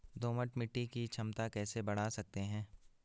दोमट मिट्टी की क्षमता कैसे बड़ा सकते हैं?